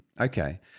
Okay